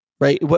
right